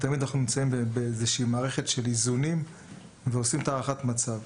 תמיד אנחנו נמצאים במערכת של איזונים ועושים הערכת מצב.